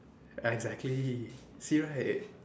ya exactly see right